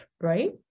right